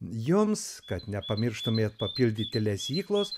jums kad nepamirštumėt papildyti lesyklos